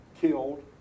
killed